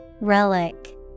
Relic